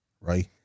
right